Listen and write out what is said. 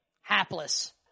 hapless